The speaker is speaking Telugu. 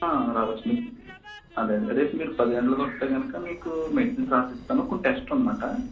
రావచ్చు మీరు అదే అదే రేపు మీరు పది గంటలకి వస్తే కనుక మీకు మెడిసిన్స్ రాసిస్తాను కొన్ని టెస్టు ఉందన్నమాట